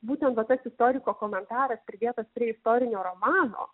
būtent va tas istoriko komentaras pridėtas prie istorinio romano